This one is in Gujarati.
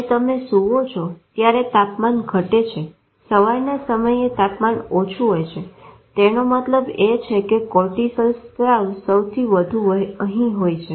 જયારે તમે સુવો છો ત્યારે તાપમાન ઘટે છે સવારના સમયે તાપમાન ઓછું હોય છે તેનો મતલબ એ છે કે કોર્ટીસોલ સ્ત્રાવ સૌથી વધુ અહી હોય છે